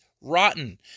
rotten